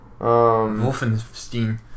Wolfenstein